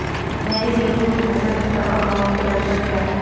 मेरी नींबू की फसल में कवक रोग के लक्षण क्या है?